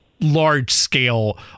large-scale